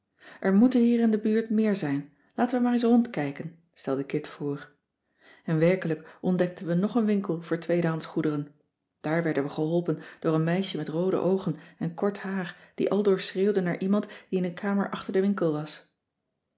er moeten hier in de buurt meer zijn laten we maar eens rondkijken stelde kit voor en werkelijk ontdekten we nog een winkel voor tweedehands goederen daar werden we geholpen door een meisje met roode oogen en kort haar die aldoor schreeuwde naar iemand die in een kamer achter den winkel was